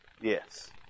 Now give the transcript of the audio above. Yes